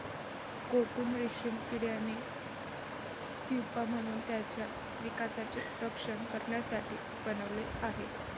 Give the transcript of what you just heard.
cocoon रेशीम किड्याने pupa म्हणून त्याच्या विकासाचे रक्षण करण्यासाठी बनवले आहे